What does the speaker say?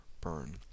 burn